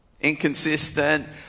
Inconsistent